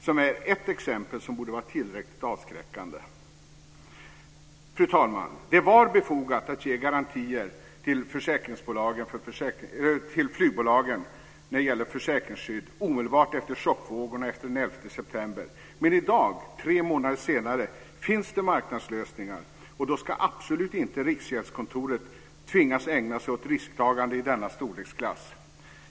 Det är ett exempel som borde vara tillräckligt avskräckande. Fru talman! Det var befogat att ge garantier till flygbolagen för försäkringsskydd omedelbart efter chockvågorna efter den 11 september. Men i dag, tre månader senare, finns det marknadslösningar. Då ska absolut inte Riksgäldskontoret tvingas ägna sig åt risktagande i denna storleksklass.